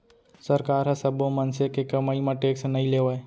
सरकार ह सब्बो मनसे के कमई म टेक्स नइ लेवय